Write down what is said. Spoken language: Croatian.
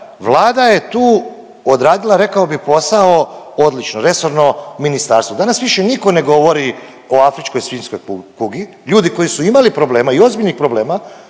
Vlada je tu odradila rekao bih posao odlično, resorno ministarstvo. Danas više niko ne govori o afričkoj svinjskoj kugi, ljudi koji su imali problema i ozbiljnih problema